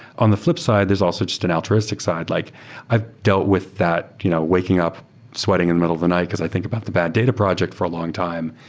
on the flipside, there's also just an altruistic side, like i've dealt with that you know waking up sweating in the middle of the night because i think about the bad data project for a long time.